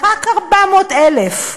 רק 400,000,